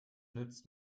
nützt